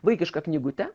vaikišką knygutę